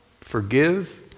forgive